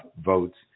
votes